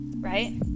right